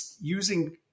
using